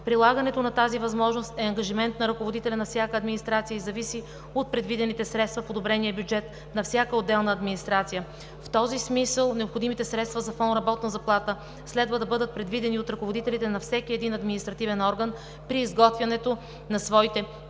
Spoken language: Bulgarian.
Прилагането на тази възможност е ангажимент на ръководителя на всяка администрация и зависи от предвидените средства в одобрения бюджет на всяка отделна администрация. В този смисъл необходимите средства за фонд „Работна заплата“ следва да бъдат предвидени от ръководителите на всеки един административен орган при изготвянето на своите 3-годишни